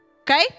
Okay